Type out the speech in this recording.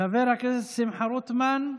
חבר הכנסת שמחה רוטמן.